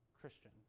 Christian